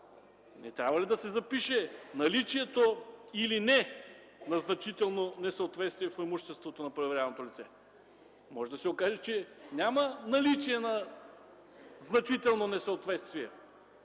Не трябва ли да се запише: „наличието или не на значително несъответствие в имуществото на проверяваното лице”? Може да се окаже, че няма наличие на значително несъответствие.